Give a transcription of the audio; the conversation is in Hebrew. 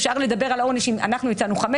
אפשר לדבר על העונש - אנחנו הצענו חמש